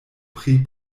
pri